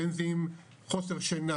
בין אם זה חוסר שינה,